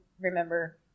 remember